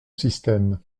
système